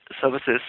services